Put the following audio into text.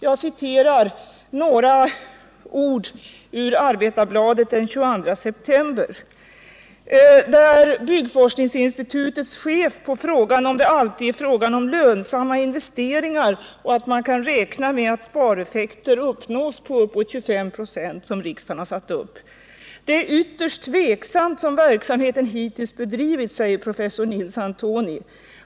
Jag citerar några ord ur Arbetarbladet den 22 september, där byggforskningsinstitutets chef på frågan, om det alltid är lönsamma investeringar och om man kan räkna med att spareffekter kan uppnås på uppåt de 25 96 som riksdagen har satt upp som mål, svarar: ”Det är ytterst tveksamt som verksamheten hittills bedrivits, säger professor Nils Antoni.